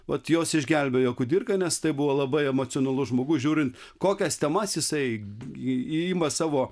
vat jos išgelbėjo kudirką nes tai buvo labai emocionalus žmogus žiūrint kokias temas jisai ima savo